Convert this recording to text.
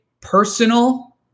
personal